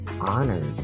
honored